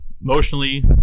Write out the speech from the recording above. emotionally